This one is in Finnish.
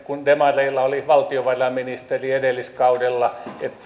kun demareilla oli valtiovarainministeri edelliskaudella että